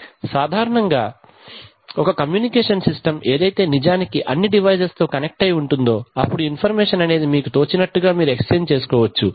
కాబట్టి అక్కడ సాధారణంగా ఒక కమ్యూనికేషన్ సిస్టమ్ ఏదైతే నిజానికి అన్ని డివైస్ తో కనెక్ట్ అయ్యి ఉంటుందో అప్పుడు ఇన్ఫర్మేషన్ అనేది మీకు తోచినట్టుగా మీరు ఎక్స్ చేంజ్ చేసుకోవచ్చు